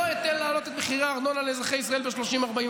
לא אתן להעלות את מחירי הארנונה לאזרחי ישראל ב-30%-40%.